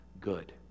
good